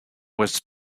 was